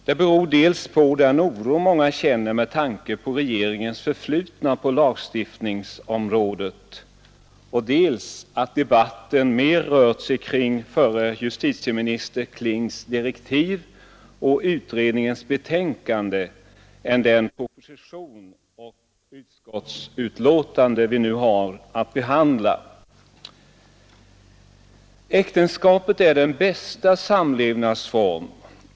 Det beror dels på den oro många känner med tanke på regeringens förflutna på lagstiftningsområdet, dels på att debatten mer rört sig kring förre justitieministern Klings direktiv och utredningens betänkande än om den proposition och det utskottsbetänkande vi nu har att behandla.